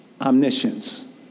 omniscience